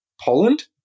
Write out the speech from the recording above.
Poland